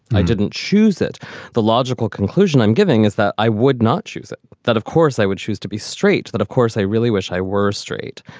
i didn't choose it the logical conclusion i'm giving is that i would not choose it. that, of course, i would choose to be straight. that, of course, i really wish i were straight.